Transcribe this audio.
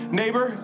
neighbor